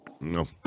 No